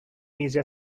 mise